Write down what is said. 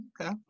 okay